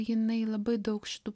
jinai labai daug šitų